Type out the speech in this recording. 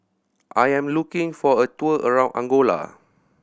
I am looking for a tour around Angola